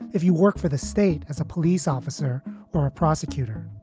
if you work for the state as a police officer or a prosecutor